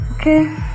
Okay